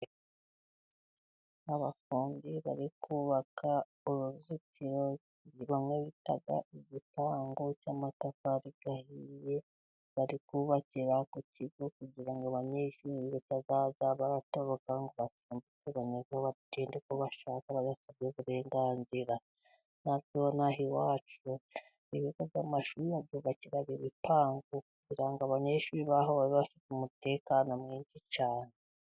Abafundi bari kubaka uruzitiro rumwe bita igipangu cy'amatafari ahiye, bari kubakira ku kigo kugira ngo abanyeshuri batazajya batoroka bagasimbuka igipangu bagenda uko bashaka, batabisabiye uburenganzira. Natwe ino aha iwacu ibigo by'amashuri babyubakira ibipangu, kugira ngo abanyeshuri baho babe bafite umutekano mwinshi cyane.